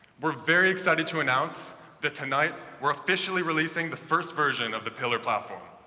we're very excited to announce that tonight, we're officially releasing the first version of the pillar platform.